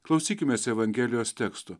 klausykimės evangelijos teksto